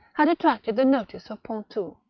had attracted the notice of pontou,